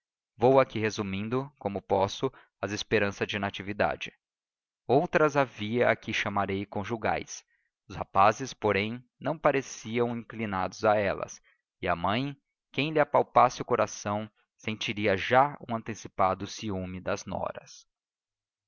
vou aqui resumindo como posso as esperanças de natividade outras havia a que chamarei conjugais os rapazes porém não pareciam inclinados a elas e a mãe quem lhe apalpasse o coração sentiria já um antecipado ciúme das noras